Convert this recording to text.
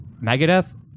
Megadeth